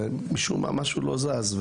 ומשום מה משהו לא זז.